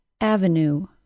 Avenue